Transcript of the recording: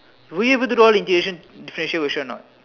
were you able to do all the differentiation questions or not